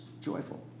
joyful